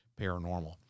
paranormal